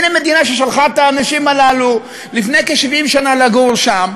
הנה מדינה ששלחה את האנשים הללו לפני כ-70 שנה לגור שם,